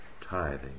tithing